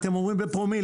אתם אומרים בפרומילים.